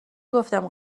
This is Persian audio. گفتم